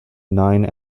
nine